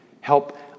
help